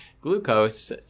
glucose